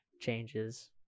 Changes